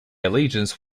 allegiance